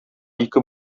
ике